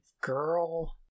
girl